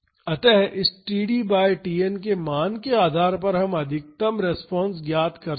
अत इस td बाई Tn के मान के आधार पर हम अधिकतम रिस्पांस ज्ञात कर सकते हैं